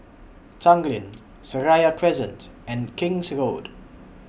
Tanglin Seraya Crescent and King's Road